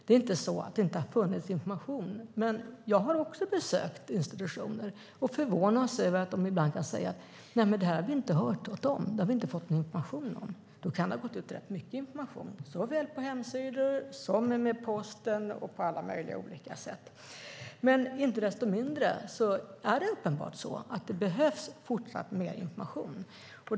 Det är inte så att det inte har funnits information, men jag har också besökt institutioner och förvånats över att de ibland kan säga att de inte har hört något och inte fått någon information. Då kan det ha gått ut rätt mycket information såväl på hemsidor som med posten och på alla möjliga olika sätt. Inte desto mindre är det uppenbart att det även i fortsättningen behövs mer information.